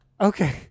Okay